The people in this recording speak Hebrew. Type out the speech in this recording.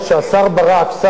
שר הביטחון,